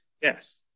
yes